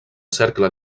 cercle